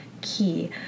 key